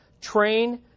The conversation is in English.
train